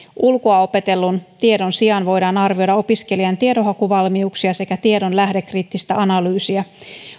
ulkoa opetellun tiedon sijaan voidaan arvioida opiskelijan tiedonhakuvalmiuksia sekä tiedon lähdekriittistä analyysia